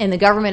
and the government